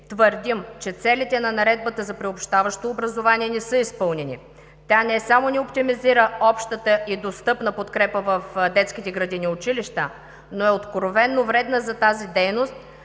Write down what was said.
твърдим, че целите на наредбата за приобщаващо образование не са изпълнени. Тя не само не оптимизира общата и достъпна подкрепа в детските градини и училища, но е откровено вредна за тази дейност,